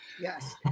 Yes